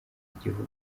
igihugu